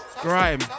Grime